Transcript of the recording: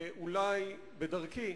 אולי בדרכי,